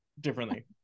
differently